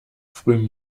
früh